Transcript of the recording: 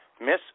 Miss